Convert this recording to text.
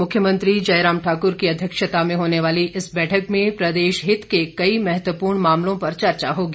मुख्यमंत्री जयराम ठाक्र की अध्यक्षता में होने वाली इस बैठक में प्रदेश हित के कई महत्वपूर्ण मामलों पर चर्चा होगी